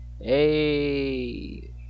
Hey